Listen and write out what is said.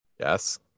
Yes